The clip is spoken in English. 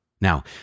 Now